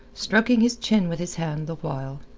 stroking his chin with his hand the while.